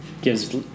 gives